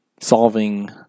solving